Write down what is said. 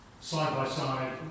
side-by-side